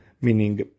meaning